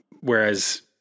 Whereas